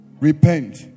repent